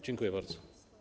Dziękuję bardzo.